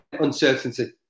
uncertainty